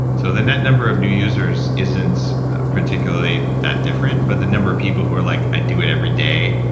so the net number of new users isn't particularly that different, but the number of people who are like, i do it every day,